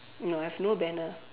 no I have no banner